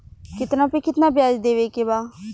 कितना पे कितना व्याज देवे के बा?